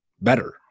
better